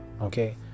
Okay